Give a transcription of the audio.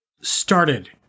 started